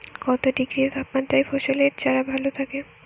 কত ডিগ্রি তাপমাত্রায় ফসলের চারা ভালো থাকে?